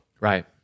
right